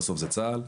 בסוף מדובר בצה"ל.